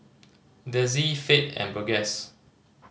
Dezzie Fate and Burgess